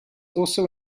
also